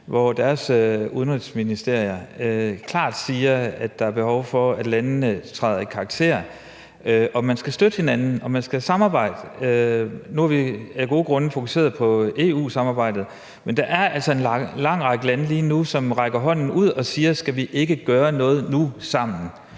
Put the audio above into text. hvor deres udenrigsministerier klart siger, at der er behov for, at landene træder i karakter, og at man skal støtte hinanden og man skal samarbejde. Nu har vi af gode grunde fokuseret på EU-samarbejdet, men der er altså en lang række lande, som lige nu rækker hånden ud og siger: Skal vi ikke gøre noget nu, sammen?